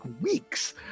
weeks